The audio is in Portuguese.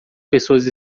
pessoas